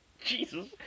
Jesus